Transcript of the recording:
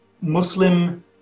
muslim